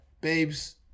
babes